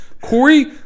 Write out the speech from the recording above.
Corey